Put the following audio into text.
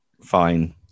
fine